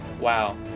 Wow